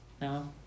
No